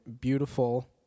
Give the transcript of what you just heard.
beautiful